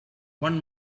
one